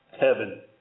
heaven